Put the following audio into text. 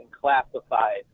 classified